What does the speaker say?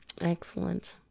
Excellent